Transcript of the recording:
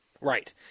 Right